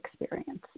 experience